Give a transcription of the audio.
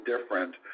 different